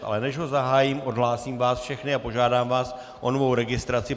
Ale než ho zahájím, odhlásím vás všechny a požádám vás o novou registraci.